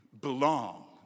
belong